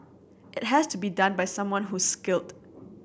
it has to be done by someone who's skilled